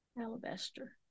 Alabaster